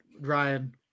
Ryan